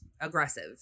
aggressive